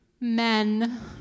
Men